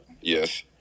yes